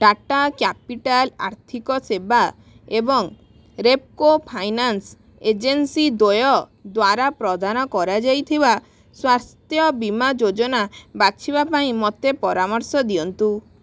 Tata capital ଆର୍ଥିକ ସେବା ଏବଂ ରେପ୍କୋ ଫାଇନାନ୍ସ ଏଜେନ୍ସି ଦ୍ୱୟ ଦ୍ଵାରା ପ୍ରଦାନ କରାଯାଇଥିବା ସ୍ୱାସ୍ଥ୍ୟ ବୀମା ଯୋଜନା ବାଛିବା ପାଇଁ ମୋତେ ପରାମର୍ଶ ଦିଅନ୍ତୁ